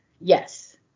Yes